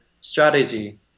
strategy